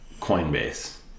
Coinbase